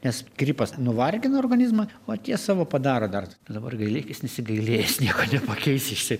nes gripas nuvargino organizmą o tie savo padaro dar dabar gailėkis nesigailėjęs nieko nepakeisi vis tiek